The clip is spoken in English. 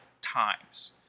times